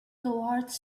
toward